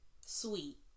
sweet